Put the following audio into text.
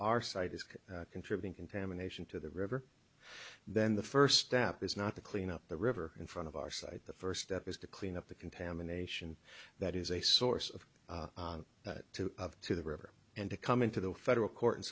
our site is could contribute contamination to the river then the first step is not to clean up the river in front of our site the first step is to clean up the contamination that is a source of two to the river and to come into the federal court